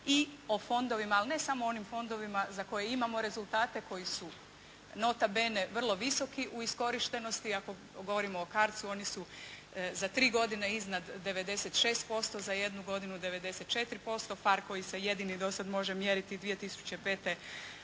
o fondovima, ali ne samo o onim fondovima za koje imamo rezultate, koji su nota bene vrlo visoki u iskorištenosti, ako govorimo o CARDS-u oni su za tri godine iznad 96%, za jednu godinu 94%, PHARE koji se jedini do sada može mjeriti 2005. 86%.